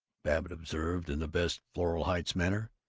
babbitt observed, in the best floral heights manner,